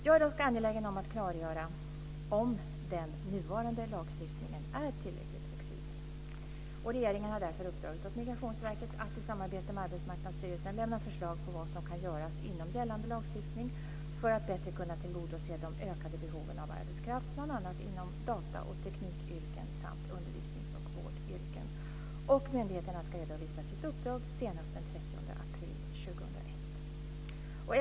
Jag är dock angelägen om att klargöra om den nuvarande lagstiftningen är tillräckligt flexibel. Regeringen har därför uppdragit åt Migrationsverket att i samarbete med Arbetsmarknadsstyrelsen lämna förslag på vad som kan göras inom gällande lagstiftning för att bättre kunna tillgodose de ökade behoven av arbetskraft, bl.a. inom data och teknikyrken samt undervisnings och vårdyrken. Myndigheterna ska redovisa sitt uppdrag senast den 30 april 2001.